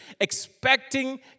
expecting